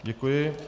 Děkuji.